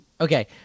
Okay